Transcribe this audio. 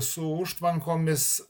su užtvankomis